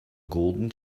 golden